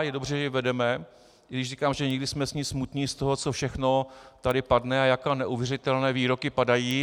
Je dobře, že ji vedeme, i když říkám, že někdy jsme z ní smutní, z toho, co všechno tady padne a jaké neuvěřitelné výroky padají.